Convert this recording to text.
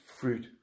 fruit